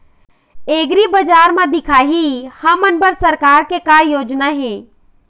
एग्रीबजार म दिखाही हमन बर सरकार के का योजना हे?